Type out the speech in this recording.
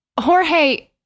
Jorge